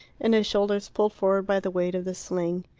and his shoulders pulled forward by the weight of the sling.